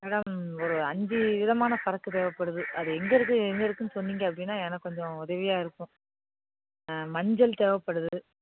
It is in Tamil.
மேடம் ஒரு அஞ்சு விதமான சரக்கு தேவைப்படுது அது எங்கே இருக்கும் எங்கே இருக்கும்னு சொன்னிங்கன்னா எனக்கு கொஞ்சம் உதவியாக இருக்கும் ஆ மஞ்சள் தேவைப்படுது